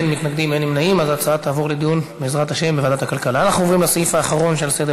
ונעביר את ההצעה לסדר-היום לדיון בוועדת הכלכלה של הכנסת.